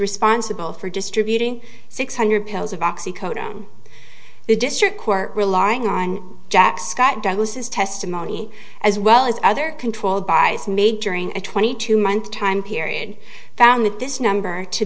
responsible for distributing six hundred pills of oxy co down the district court relying on jack scott douglas's testimony as well as other controlled by is made during a twenty two month time period found that this number to